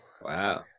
wow